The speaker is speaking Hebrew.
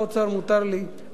מותר לי להגיד,